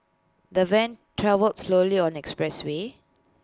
the van travelled slowly on the expressway